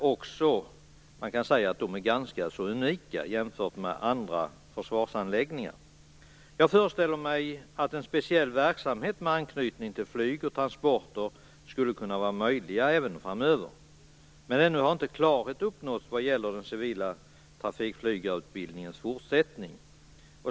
Man kan säga att de är ganska unika jämfört med andra försvarsanläggningar. Jag föreställer mig att en speciell verksamhet med anknytning till flyg och transporter skulle vara möjlig även framöver. Men ännu har inte klarhet uppnåtts vad gäller den civila trafikflygarutbildningens fortsättning.